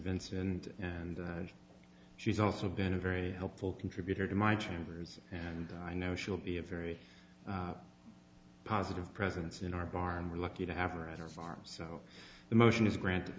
vincent and she's also been a very helpful contributor to my chambers and i know she'll be a very positive presence in our barn we're lucky to have are at our farm so the motion is grant